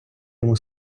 йому